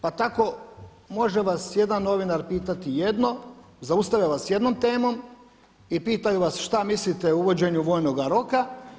Pa tako može vas jedan novinar pitati jedno, zaustave vas s jednom temom i pitaju vas šta mislite o uvođenju vojnoga roka.